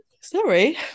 sorry